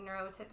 neurotypical